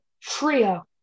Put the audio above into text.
Trio